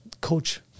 coach